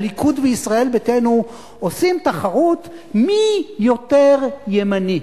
הליכוד וישראל ביתנו עושות תחרות מי יותר ימני.